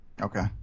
Okay